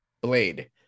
Blade